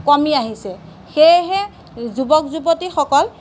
কমি আহিছে সেয়েহে যুৱক যুৱতীসকল